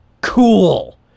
Cool